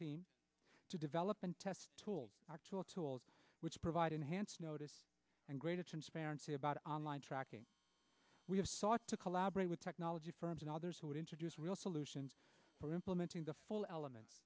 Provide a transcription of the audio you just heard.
team to develop and test tools to a tool which provide enhanced notice and greater transparency about online tracking we have sought to collaborate with technology firms and others who would introduce real solutions for implementing the full elements